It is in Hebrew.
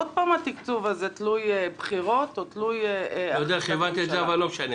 עוד פעם התקצוב הזה תלוי בחירות או תלוי ------ אבל לא משנה,